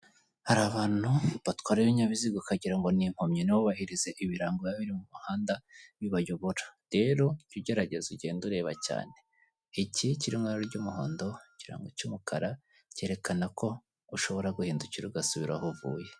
Hari abantu batwara ibinyabiziga ukagirango ni impumyi ntibubahirize ibirango biba biri mu muhanda bibayobora rero jya ugerageza ugende ureba cyane, iki kiri mu ibara ry'umuhondo, ikirango cy'umukara cyerekana ko ushobora guhindukira ugasubira aho uvuye.